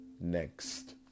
next